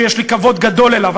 שיש לי כבוד גדול אליו,